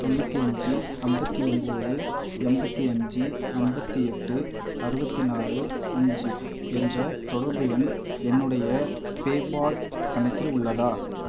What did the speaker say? தொண்ணூற்றி அஞ்சு ஐம்பத்தி ஒம்பது எண்பத்தி அஞ்சு ஐம்பத்தி எட்டு அறுபத்தி நாலு அஞ்சு என்ற தொடர்பு எண் என்னுடைய பேபால் கணக்கில் உள்ளதா